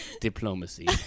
diplomacy